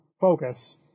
focus